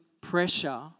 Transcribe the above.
pressure